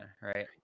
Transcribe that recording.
right